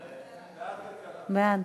בעד.